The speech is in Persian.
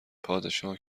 پادشاه